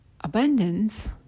abundance